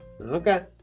Okay